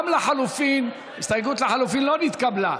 גם ההסתייגות לחלופין לא נתקבלה.